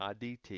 IDT